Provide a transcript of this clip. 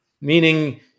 Meaning